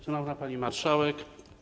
Szanowna Pani Marszałek!